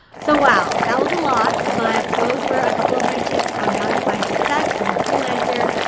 so wow, that was a lot but those were a couple of my tips on how to find success as a freelancer.